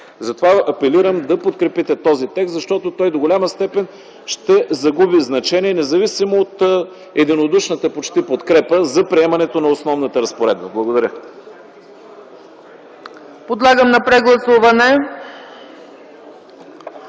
Затова апелирам да подкрепите този текст, защото той до голяма степен ще загуби значение, независимо от почти единодушната подкрепа за приемането на основната разпоредба. Благодаря.